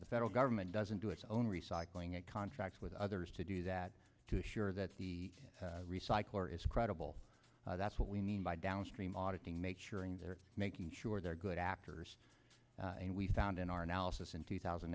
the federal government doesn't do its own recycling and contracts with others to do that to assure that the recycler is credible that's what we mean by downstream auditing make sure things are making sure they're good actors and we found in our analysis in two thousand